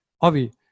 Avi